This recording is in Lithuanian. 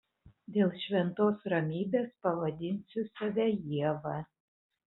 dėl šventos ramybės pavadinsiu save ieva